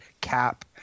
cap